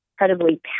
Incredibly